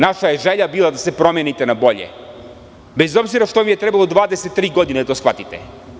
Naša je želja bila da se promenite na bolje, bez obzira što vam je trebalo 23 godine da to shvatite.